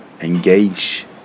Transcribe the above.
engage